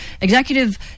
Executive